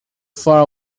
far